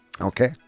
Okay